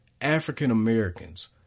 African-Americans